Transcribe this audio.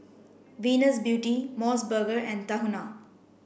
Venus Beauty MOS burger and Tahuna